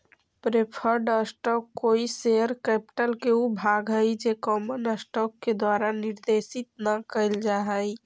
preferred stock कोई share capital के ऊ भाग हइ जे कॉमन स्टॉक के द्वारा निर्देशित न कैल जा हइ